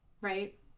Right